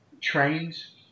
trains